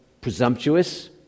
presumptuous